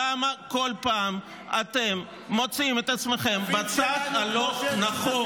למה כל פעם אתם מוציאים את עצמכם בצד הלא-נכון?